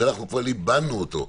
שאנחנו כבר ליבנו אותו,